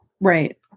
Right